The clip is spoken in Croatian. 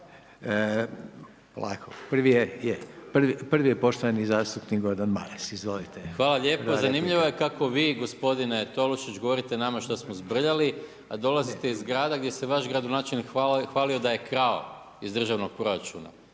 Prvi je poštovani zastupnik Gordan Maras. Izvolite. **Maras, Gordan (SDP)** Hvala lijepo. Zanimljivo je kako vi gospodine Tolušić govorite nama što smo zbrljali, a dolazite iz grada gdje se vaš gradonačelnik hvalio da je krao iz državnog proračuna